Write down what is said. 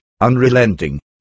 unrelenting